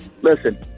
listen